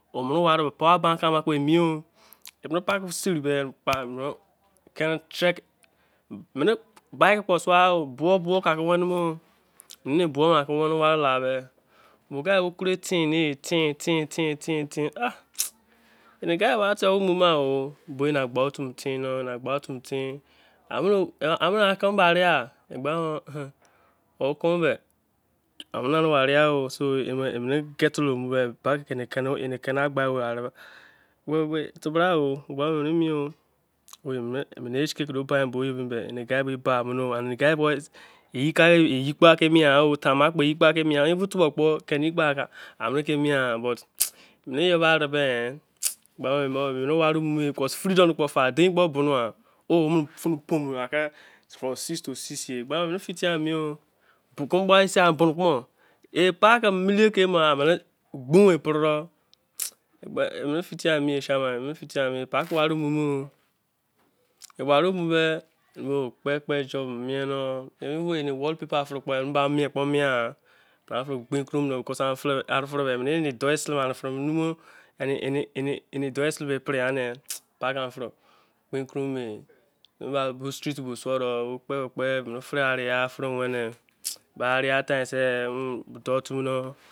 Onu-ware power bank kpo emi o, bike kpo suo-o, buo buo ke wenemo, emere buo ke wene ware la de me-guy pai tain mo, tein rain ah, mi guy ba tain soh ke mu maogbah limi tein, keme ba ariya febra oh emio, mene hk ke bin-bo mi-ne, emi guy be bai mine-ye be ye jee ene mie anyo freedom kpo fa din kpo buno wa phone kpo pomo, 6to6 mene fit, e pa-ke mularu, pake mu epoloto, emene fit oh, wall paper fre kpo mene ba mie kpo mie, ene dio sele, street duo shodo.